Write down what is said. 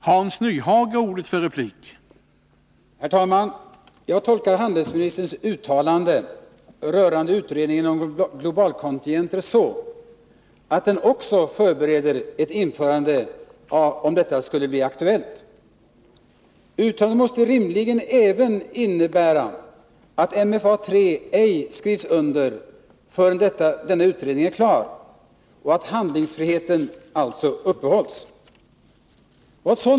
Herr talman! Jag tolkar handelsministerns uttalande rörande utredningen om globalkontingenter så, att den också förbereder ett införande, om detta skulle bli aktuellt. Uttalandet måste rimligen även innebära att MFA III ej skrivs under förrän denna utredning är klar och att handlingsfriheten alltså upprätthålls.